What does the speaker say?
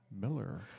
Miller